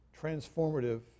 transformative